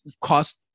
cost